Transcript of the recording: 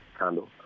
handle